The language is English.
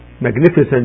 magnificent